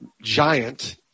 giant